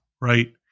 right